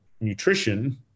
nutrition